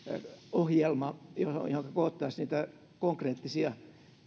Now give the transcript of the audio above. ohjelma johonka koottaisiin niitä konkreettisia